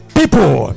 people